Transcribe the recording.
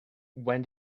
when